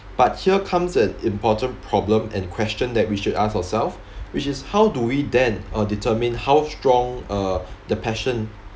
but here comes an important problem and question that we should ask ourselves which is how do we then uh determine how strong uh the passion